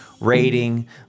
rating